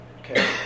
Okay